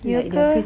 ya ke